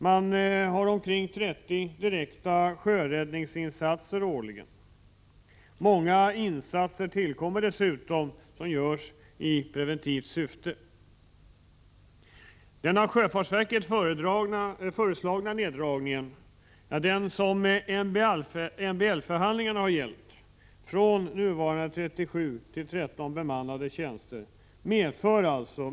Man har omkring 30 direkta sjöräddningsinsatser årligen. Många insatser tillkommer dessutom som görs i preventivt syfte.